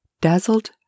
dazzled